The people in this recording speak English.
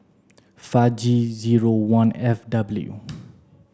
five G zero one F W